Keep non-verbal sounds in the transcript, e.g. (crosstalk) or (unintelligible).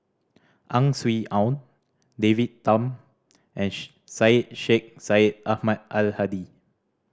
Ang Swee Aun David Tham and (unintelligible) Syed Sheikh Syed Ahmad Al Hadi